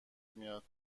میاد